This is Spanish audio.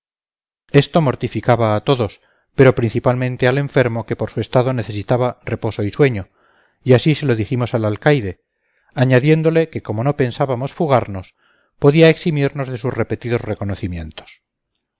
esto mortificaba a todos pero principalmente al enfermo que por su estado necesitaba reposo y sueño y así se lo dijimos al alcaide añadiéndole que como no pensábamos fugarnos podía eximirnos de sus repetidos reconocimientos